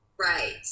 Right